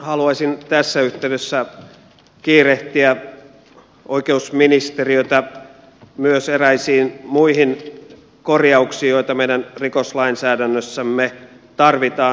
haluaisin tässä yhteydessä kiirehtiä oikeusministeriötä myös eräisiin muihin korjauksiin joita meidän rikoslainsäädännössämme tarvitaan